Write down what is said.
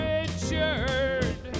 Richard